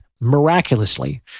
miraculously